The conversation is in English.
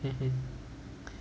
mmhmm